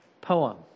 poem